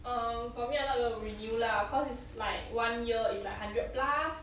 um for me I'm not gonna renew lah cause it's like one year is like hundred plus